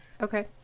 Okay